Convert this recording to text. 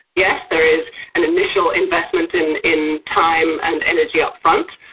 yes, there is an initial investment in in time and energy upfront,